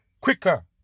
quicker